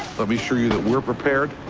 let me assure you that we're prepared,